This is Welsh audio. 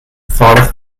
ffordd